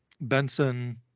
Benson